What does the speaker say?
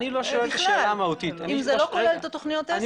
אני לא שואל את השאלה המהותית אם זה לא כולל את תוכניות העסק,